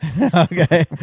Okay